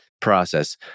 process